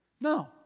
No